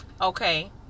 okay